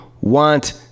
want